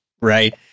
right